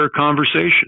conversation